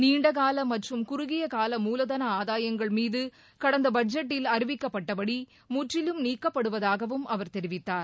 நீண்டகால மற்றும் குறுகியகால மூலதன ஆதாயங்கள் மீது கடந்த பட்ஜெட்டில் அறிவிக்கப்பட்டபடி முற்றிலும் நீக்கப்படுவதாகவும் அவர் தெரிவித்தார்